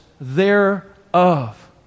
thereof